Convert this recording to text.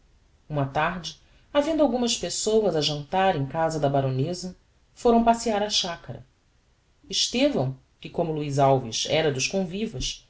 uma tarde havendo algumas pessoas a jantar em casa da baroneza foram passear á chacara estevão que como luiz alves era dos convivas